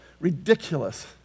ridiculous